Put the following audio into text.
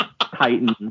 titans